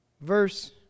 Verse